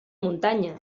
muntanya